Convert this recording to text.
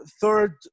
Third